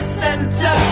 center